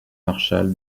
marchal